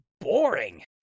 boring